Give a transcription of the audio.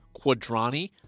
Quadrani